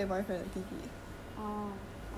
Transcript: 谁的弟弟跟 !huh!